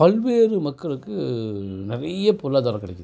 பல்வேறு மக்களுக்கு நிறைய பொருளாதாரம் கிடைக்கிது